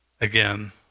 Again